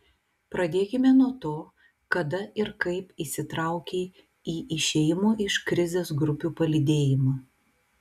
pradėkime nuo to kada ir kaip įsitraukei į išėjimo iš krizės grupių palydėjimą